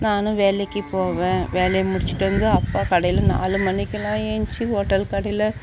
நானும் வேலைக்கு போவேன் வேலையை முடிச்சுட்டு வந்து அப்பா கடையில் நாலு மணிக்கெல்லாம் ஏந்திச்சி ஹோட்டல் கடையில்